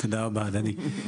תודה רבה אדוני.